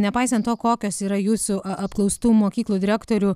nepaisant to kokios yra jūsų apklaustų mokyklų direktorių